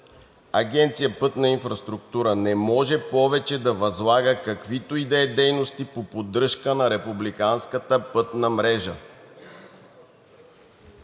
Агенция „Пътна инфраструктура“ не може повече да възлага каквито и да е дейности по поддръжката на републиканската пътна мрежа.